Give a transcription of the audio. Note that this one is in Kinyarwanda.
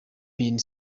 been